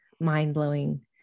mind-blowing